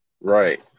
Right